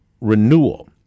renewal